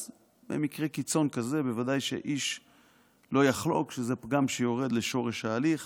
אז במקרה קיצון כזה ודאי שאיש לא יחלוק שזה פגם שיורד לשורש ההליך